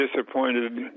disappointed